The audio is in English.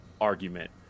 argument